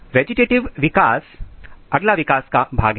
vegetative विकास अगला विकास का भाग है